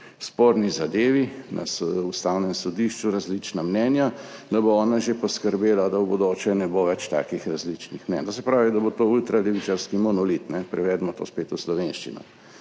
sporni zadevi na Ustavnem sodišču različna mnenja, da bo ona že poskrbela, da v bodoče ne bo več takih različnih mnenj. To se pravi, da bo to ultralevičarski monolit, prevedimo to spet v slovenščino.